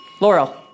Laurel